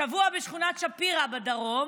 השבוע בשכונת שפירא בדרום,